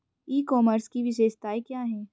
ई commerce की विशेषताएं क्या हैं?